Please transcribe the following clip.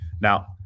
Now